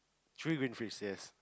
three green fish yes